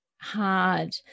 hard